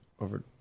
over